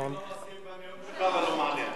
נכון מאוד,